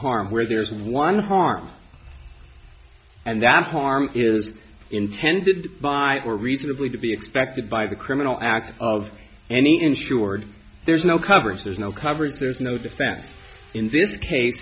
harm where there's one harm and that harm is intended by or reasonably to be expected by the criminal act of any insured there's no coverage there's no coverage there's no defense in this case